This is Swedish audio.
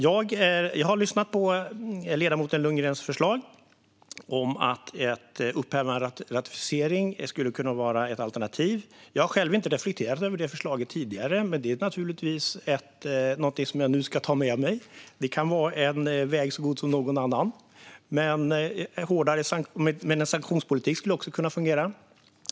Jag har lyssnat på ledamoten Lundgrens förslag om att upphävandet av en ratificering skulle kunna vara ett alternativ. Jag har själv inte reflekterat över detta förslag tidigare, men det är naturligtvis något jag nu ska ta med mig. Det kan vara en väg så god som någon annan. Men en sanktionspolitik skulle också kunna fungera.